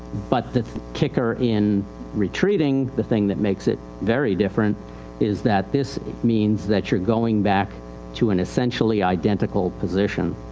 but the kicker in retreating, the thing that makes it very different is that this means that youire going back to an essentially identical position,